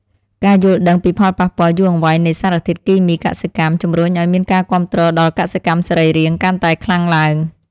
ការយល់ដឹងពីផលប៉ះពាល់យូរអង្វែងនៃសារធាតុគីមីកសិកម្ម ជម្រុញឱ្យមានការគាំទ្រដល់កសិកម្មសរីរាង្គកាន់តែខ្លាំងឡើង។